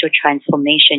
transformation